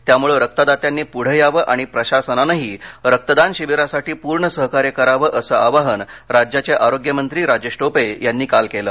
त्यामुळं रक्तदात्यांनी पुढं यावं आणि प्रशासनानंही रक्तदान शिबिरासाठी पूर्ण सहकार्य करावं असं आवाहन राज्याचे आरोग्यमंत्री राजेश टोपे यांनी काल केलं